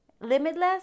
Limitless